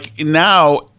now